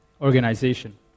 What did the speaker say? organization